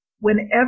Whenever